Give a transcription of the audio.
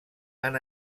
han